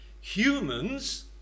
humans